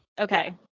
Okay